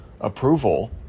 approval